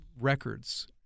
records